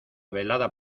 velada